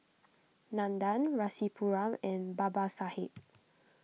Nandan Rasipuram and Babasaheb